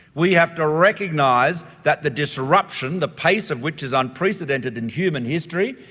we have to recognise that the disruption, the pace of which is unprecedented in human history,